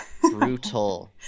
brutal